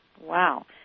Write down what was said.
Wow